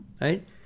right